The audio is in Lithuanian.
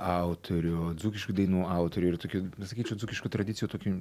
autorių dzūkiškų dainų autorių ir tokių sakyčiau dzūkiškų tradicijų tokių